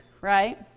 right